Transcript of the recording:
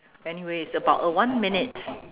anyway it's about uh one minute